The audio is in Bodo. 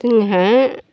जोंहा